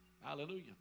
hallelujah